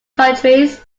countries